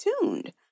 tuned